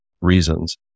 reasons